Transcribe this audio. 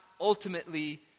ultimately